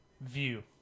View